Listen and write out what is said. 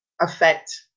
affect